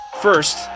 First